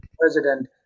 President